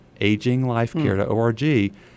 AgingLifeCare.org